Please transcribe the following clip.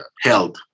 health